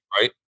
right